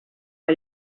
que